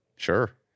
sure